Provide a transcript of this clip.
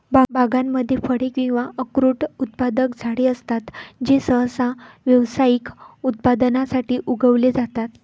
बागांमध्ये फळे किंवा अक्रोड उत्पादक झाडे असतात जे सहसा व्यावसायिक उत्पादनासाठी उगवले जातात